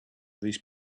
these